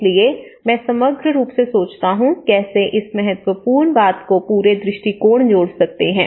इसलिए मैं समग्र रूप से सोचता हूं कैसे इस महत्वपूर्ण बात को पूरे दृष्टिकोण जोड़ सकते हैं